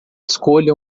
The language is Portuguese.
escolha